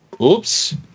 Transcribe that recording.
Oops